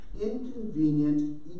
inconvenient